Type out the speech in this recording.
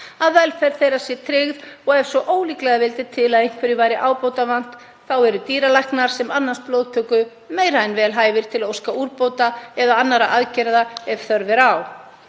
að velferð þeirra sé tryggð og ef svo ólíklega vilji til að einhverju sé ábótavant væru dýralæknar sem annast blóðtöku meira en vel hæfir til að óska úrbóta eða annarra aðgerða ef þörf væri á.